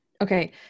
Okay